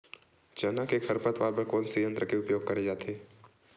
चना के खरपतवार बर कोन से यंत्र के उपयोग करे जाथे?